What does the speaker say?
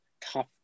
tough